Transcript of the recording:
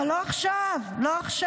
אבל לא עכשיו, לא עכשיו.